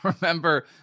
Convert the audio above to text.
remember